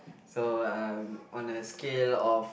so uh on a scale of